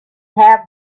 have